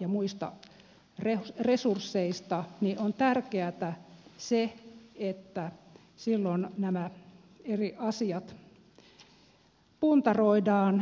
ja muista resursseista on puutetta on tärkeätä se että silloin nämä eri asiat puntaroidaan